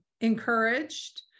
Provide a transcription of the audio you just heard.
encouraged